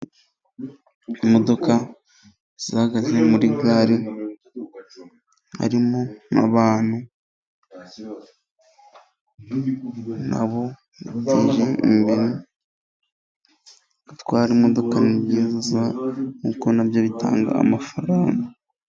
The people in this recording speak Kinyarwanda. Imodoka ziba ziri muri gare, harimo n'abantu na bo. Gutwara imodoka nkuko nabyo bitanga amafaranga.